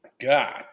God